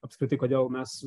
apskritai kodėl mes